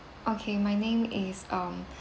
okay my name is um